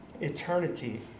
eternity